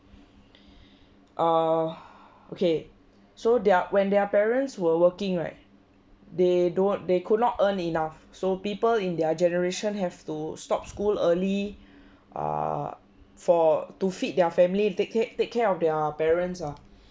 ah okay so their when their parents were working right they don't they could not earn enough so people in their generation have to stop school early ah for to feed their family take care take care of their parents ah